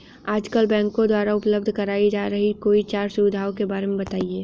आजकल बैंकों द्वारा उपलब्ध कराई जा रही कोई चार सुविधाओं के बारे में बताइए?